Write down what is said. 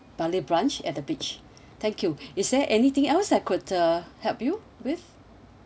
bali branch at the beach thank you is there anything else I could uh help you with